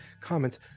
Comments